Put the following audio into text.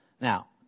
Now